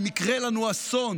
אם יקרה לנו אסון,